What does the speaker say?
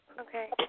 Okay